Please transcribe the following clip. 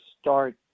start